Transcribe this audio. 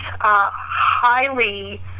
highly